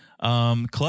Club